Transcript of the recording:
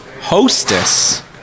hostess